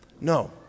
No